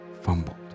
fumbled